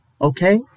Okay